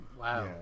Wow